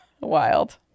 Wild